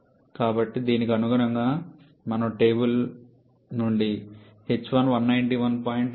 కాబట్టి దీనికి అనుగుణంగా మనము టేబుల్ నుండి మీ h1 191